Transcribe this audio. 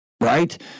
right